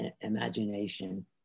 imagination